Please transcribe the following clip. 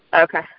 okay